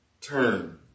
turn